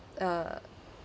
uh